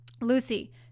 Lucy